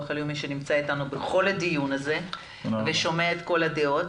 הלאומי שנמצא איתנו בכל הדיון הזה ושומע את כל הדעות.